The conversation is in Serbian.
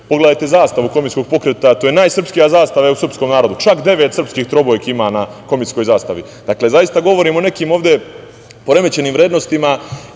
Pogledajte zastavu komitskog pokreta, to je najsrpskija zastava u srpskom narodu, čak devet srpskih trobojki ima na komitskoj zastavi. Dakle, zaista govorimo o nekim ovde poremećenim vrednostima.